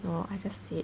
no I just said